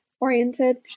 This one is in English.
oriented